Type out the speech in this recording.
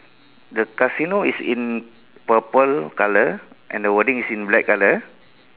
the casino is in purple colour and the wording is in black colour